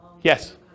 Yes